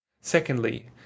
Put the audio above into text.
Secondly